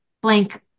blank